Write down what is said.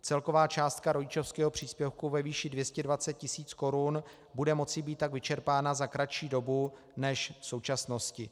Celková částka rodičovského příspěvku ve výši 220 000 tisíc korun bude moci tak být vyčerpána za kratší dobu než v současnosti.